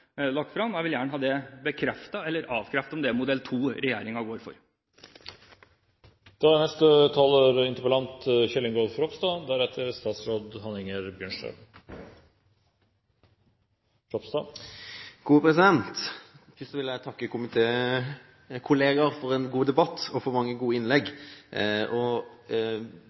lagt fram. Jeg vil gjerne ha det bekreftet eller avkreftet om det er modell 2 regjeringen går for. Først vil jeg takke komitékolleger for en god debatt og for mange gode innlegg. Både bredden i innleggene og momenter som løftes opp, viser at det ikke er en